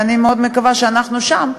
ואני מאוד מקווה שאנחנו שם,